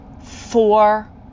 Four